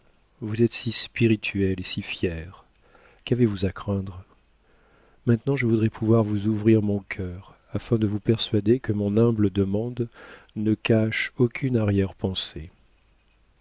vous êtes si spirituelle et si fière qu'avez-vous à craindre maintenant je voudrais pouvoir vous ouvrir mon cœur afin de vous persuader que mon humble demande ne cache aucune arrière-pensée